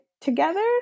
together